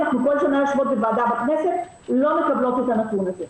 כל שנה אנחנו יושבות בוועדות הכנסת ולא מקבלות את הנתון הזה.